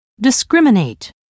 discriminate